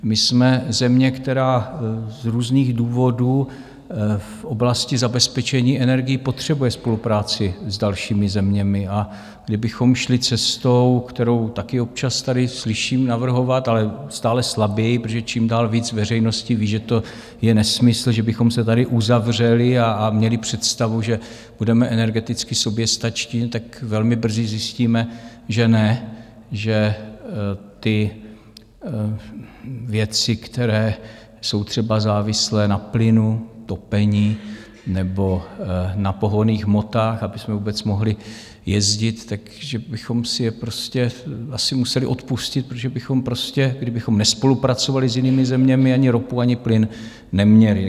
My jsme země, která z různých důvodů v oblasti zabezpečení energií potřebuje spolupráci s dalšími zeměmi, a kdybychom šli cestou, kterou taky občas tady slyším navrhovat, ale stále slaběji, protože čím dál víc veřejnosti ví, že to je nesmysl, že bychom se tady uzavřeli a měli představu, že budeme energeticky soběstační, tak velmi brzy zjistíme, že ne, že ty věci, které jsou třeba závislé na plynu, topení nebo na pohonných hmotách, abychom vůbec mohli jezdit, tak že bychom si je prostě asi museli odpustit, protože bychom prostě, kdybychom nespolupracovali s jinými zeměmi, ani ropu, ani plyn neměli.